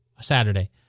Saturday